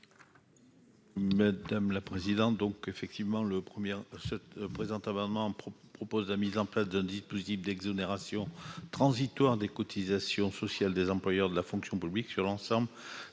l'amendement n° 203 rectifié . Le présent amendement propose la mise en place d'un dispositif d'exonération transitoire des cotisations sociales des employeurs de la fonction publique sur l'ensemble des couvertures